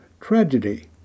Tragedy